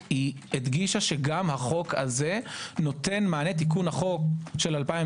הדגישה שגם חוק זה נותן מענה תיקון לחוק של 2017